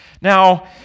Now